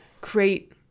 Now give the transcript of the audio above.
create